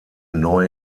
neu